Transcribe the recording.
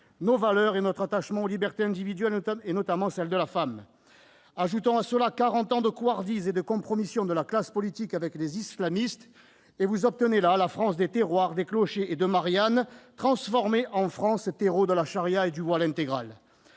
nos valeurs et notre attachement aux libertés individuelles, notamment celles des femmes. Ajoutons à cela quarante années de couardise et de compromissions de la classe politique avec les islamistes, et vous obtenez la France des terroirs, des clochers et de Marianne transformée en France terreau de la charia et du voile intégral